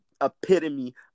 epitome